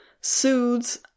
soothes